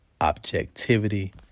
objectivity